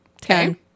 Ten